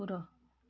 କୁକୁର